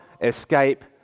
escape